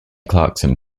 clarkson